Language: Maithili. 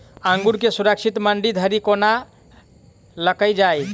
अंगूर केँ सुरक्षित मंडी धरि कोना लकऽ जाय?